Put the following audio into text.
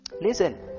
Listen